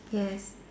yes